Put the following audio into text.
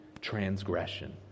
transgression